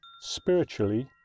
spiritually